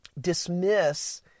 dismiss